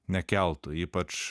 nekeltų ypač